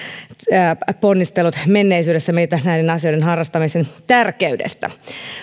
ponnistelut menneisyydessä meitä näiden asioiden harrastamisen tärkeydestä